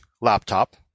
laptop